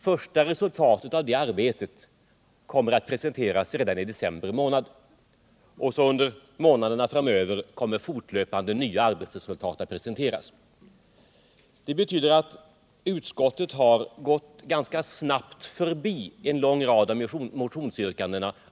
Det första resultatet av detta arbete kommer att presenteras redan i december månad, och under månaderna framöver kommer fortlöpande nya arbetsresultat att läggas fram. Detta betyder att utskottet ganska snabbt har gått förbi en lång rad av motionsyrkandena.